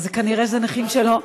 כנראה זה נכים שלא,